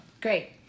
Great